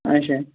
اچھا